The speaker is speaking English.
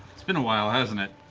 it's been a while, hasn't it?